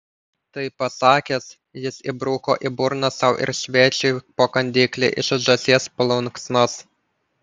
tai pasakęs jis įbruko į burną sau ir svečiui po kandiklį iš žąsies plunksnos